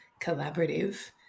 collaborative